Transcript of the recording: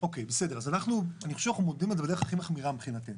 אני חושב שאנחנו מודדים את זה בדרך הכי מחמירה מבחינתנו.